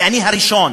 ואני הראשון.